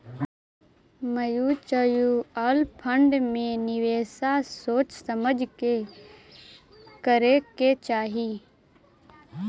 mutual fund में निवेश सोच समझ के करे के चाहि